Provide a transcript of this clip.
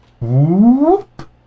whoop